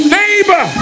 neighbor